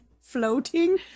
floating